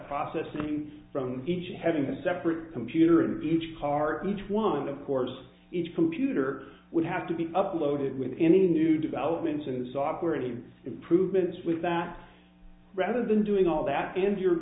processing from each having a separate computer and each card each one of course each computer would have to be uploaded with any new developments in the software any improvements with that rather than doing all that and you're